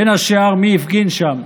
בין השאר, מי הפגין שם?